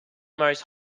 most